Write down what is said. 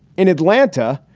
in atlanta,